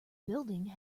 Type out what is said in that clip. building